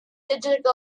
diligent